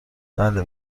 بله